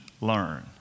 learn